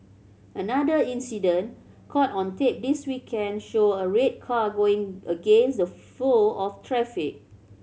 another incident caught on tape this weekend showed a red car going against the flow of traffic